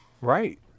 right